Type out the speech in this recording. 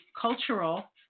cultural